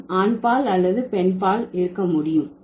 நாம் ஆண்பால் அல்லது பெண்பால் இருக்க முடியும்